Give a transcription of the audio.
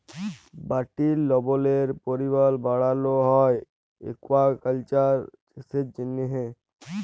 মাটির লবলের পরিমাল বাড়ালো হ্যয় একুয়াকালচার চাষের জ্যনহে